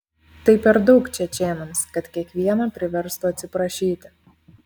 tai per daug čečėnams kad kiekvieną priverstų atsiprašyti